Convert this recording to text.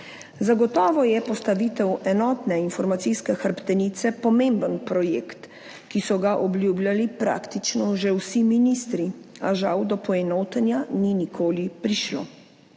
Zagotovo je postavitev enotne informacijske hrbtenice pomemben projekt, ki so ga obljubljali praktično že vsi ministri, a žal do poenotenja ni nikoli prišlo.